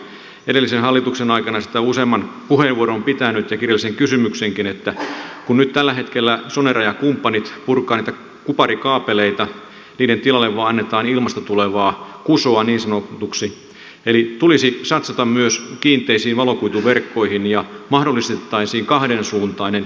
edellisen hallituksen aikana olen siitä useamman puheenvuoron käyttänyt ja kirjallisen kysymyksenkin tehnyt että kun nyt tällä hetkellä sonera ja kumppanit purkavat niitä kuparikaapeleita niiden tilalle vain annetaan ilmasta tulevaa kusoa niin sanotusti eli tulisi satsata myös kiinteisiin valokuituverkkoihin ja mahdollistettaisiin kahdensuuntainen liikenne